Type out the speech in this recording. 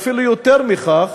ואפילו יותר מכך,